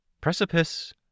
Precipice